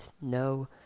no